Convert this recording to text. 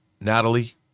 Natalie